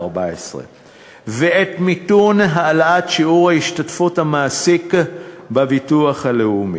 ואת מיתון העלאת שיעור השתתפות המעסיק בביטוח הלאומי.